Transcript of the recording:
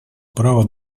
права